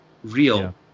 Real